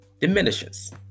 diminishes